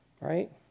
right